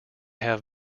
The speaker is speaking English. have